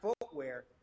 footwear